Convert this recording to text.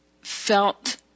felt